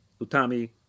Utami